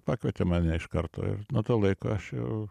pakvietė mane iš karto nuo to laiko aš jau